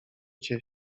cię